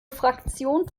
fraktion